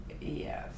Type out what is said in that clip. yes